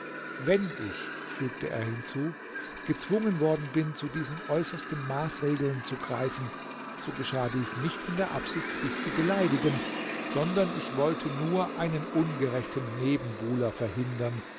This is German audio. wenn ich fügte er hinzu gezwungen worden bin zu diesen äußersten maßregeln zu greifen so geschah dies nicht in der absicht dich zu beleidigen sondern ich wollte nur einen ungerechten nebenbuhler verhindern